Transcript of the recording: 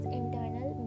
internal